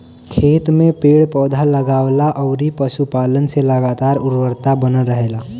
खेत में पेड़ पौधा, लगवला अउरी पशुपालन से लगातार उर्वरता बनल रहेला